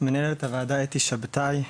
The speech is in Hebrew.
מנהלת הוועדה אתי שבתאי,